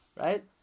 Right